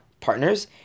partners